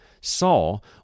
Saul